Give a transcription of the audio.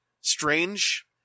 Strange